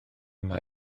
mae